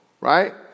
right